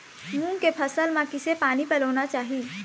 मूंग के फसल म किसे पानी पलोना चाही?